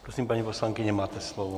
Prosím, paní poslankyně, máte slovo.